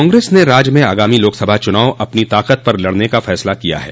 कांग्रेस ने राज्य में आगामी लोकसभा चुनाव अपनी ताकत पर लड़ने का फसला किया है